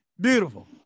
beautiful